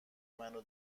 منو